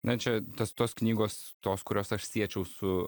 na čia tas tos knygos tos kurios aš siečiau su